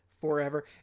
forever